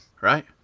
Right